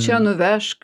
čia nuvežk